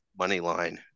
Moneyline